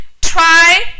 try